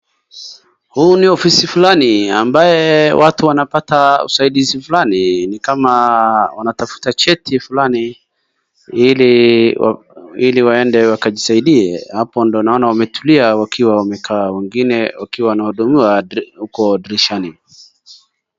Hii ni ofisi fulani ambayo watu wanapata usaidizi fulani ni kama wanatafuta cheti fulani ili waende wakajisaidie, hapo ndio naona wametulia wakiwa wamekaa wengine wakiwa wanahudumiwa huko dirishani.